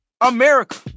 America